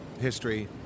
history